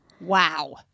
Wow